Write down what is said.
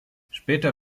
später